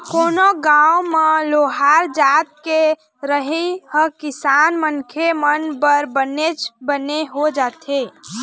कोनो गाँव म लोहार जात के रहई ह किसान मनखे मन बर बनेच बने हो जाथे